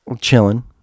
chilling